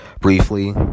briefly